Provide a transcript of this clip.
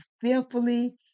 fearfully